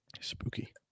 Spooky